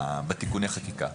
בתיקוני החקיקה.